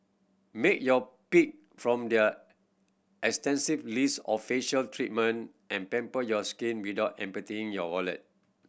make your pick from their extensive list of facial treatment and pamper your skin without emptying your wallet